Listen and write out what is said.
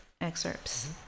excerpts